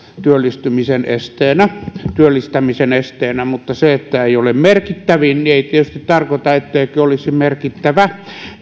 työllistämisen esteenä työllistämisen esteenä se että ei ole merkittävin ei tietysti tarkoita etteikö olisi merkittävä